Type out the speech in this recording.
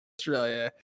Australia